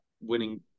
winning